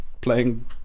playing